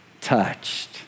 touched